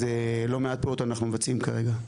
אז לא מעט פעולות אנחנו מבצעים כרגע.